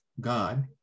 god